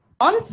on